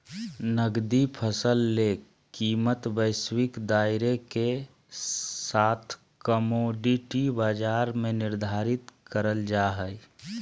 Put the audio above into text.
नकदी फसल ले कीमतवैश्विक दायरेके साथकमोडिटी बाजार में निर्धारित करल जा हइ